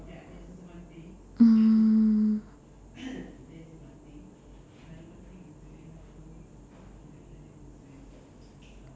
mm